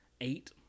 eight